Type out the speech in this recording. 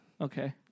okay